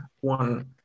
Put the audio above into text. one